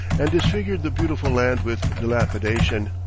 and disfigured the beautiful land with dilapidation.